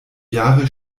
jahre